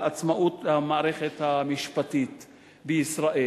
על עצמאות המערכת המשפטית בישראל.